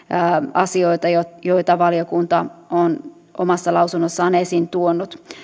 asioita joita joita valiokunta on omassa lausunnossaan esiin tuonut